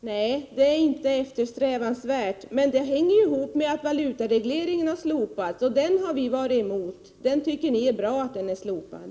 Herr talman! Nej, det är inte eftersträvansvärt, men det hänger ihop med att valutaregleringen har avskaffats. Den har vi i vpk varit emot, och vi tycker att det är bra att den är slopad.